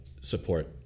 support